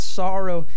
sorrow